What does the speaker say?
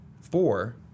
four